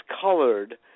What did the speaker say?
colored